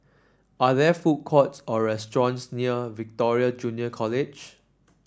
are there food courts or restaurants near Victoria Junior College